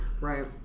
Right